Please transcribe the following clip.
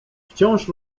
wciąż